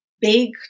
big